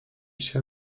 się